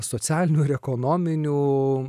socialinių ir ekonominių